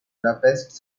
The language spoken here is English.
budapest